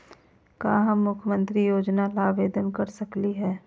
का हम मुख्यमंत्री योजना ला आवेदन कर सकली हई?